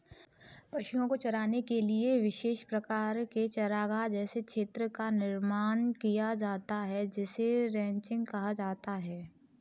पशुओं को चराने के लिए विशेष प्रकार के चारागाह जैसे क्षेत्र का निर्माण किया जाता है जिसे रैंचिंग कहा जाता है